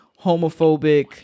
homophobic